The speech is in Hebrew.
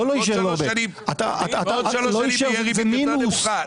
אם בעוד שלוש שנים תהיה ריבית יותר נמוכה?